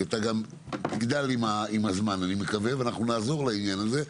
כי אני מקווה שאתה גם תגדל עם הזמן ואנחנו נעזור לעניין הזה,